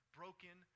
broken